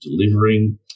delivering